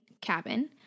cabin